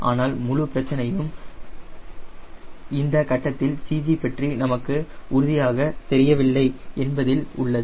ஆனால் முழு பிரச்சனையும் இந்த கட்டத்தில் CG பற்றி நமக்கு உறுதியாக தெரியவில்லை என்பதில் உள்ளது